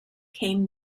came